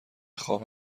خواب